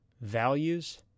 values